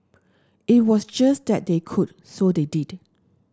it was just that they could so they did